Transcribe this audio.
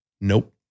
Nope